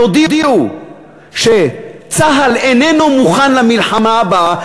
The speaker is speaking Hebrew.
יודיעו שצה"ל איננו מוכן למלחמה הבאה,